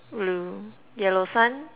mm yellow sun